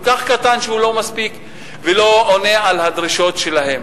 כך קטן שהוא לא מספיק ולא עונה על הדרישות שלהם.